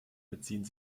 beziehen